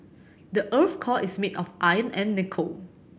the earth's core is made of iron and nickel